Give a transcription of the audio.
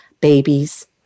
babies